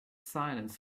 silence